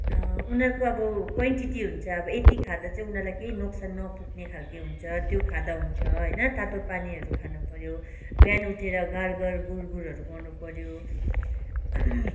उनीहरूको अब क्वान्टिटी हुन्छ अब यति खाँदा चाहिँ उनीहरूलाई केही नोक्सान नपुग्ने खाले हुन्छ त्यो खाँदा हुन्छ होइन तातो पानीहरू खानु पर्यो बिहान उठेर गार्गल गुर्गुरहरू गर्नु पर्यो